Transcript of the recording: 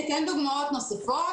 אתן דוגמאות נוספות.